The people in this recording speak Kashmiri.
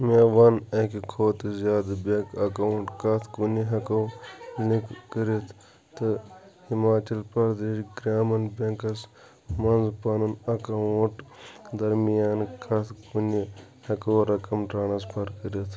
مےٚ وَن اَکہِ کھۄتہٕ زِیٛادٕ بینک اکاونٹ کَتھ کُنہِ ہٮ۪کو لنک کٔرِتھ تہٕ ہِماچل پرٛدیش گرٛامیٖن بینٛکَس مَنٛز پنُن اکاونٹ درمیان کَتھ کُنہِ ہٮ۪کو رَقم ٹرانسفر کٔرِتھ